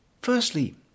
firstly